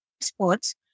Sports